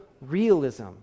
realism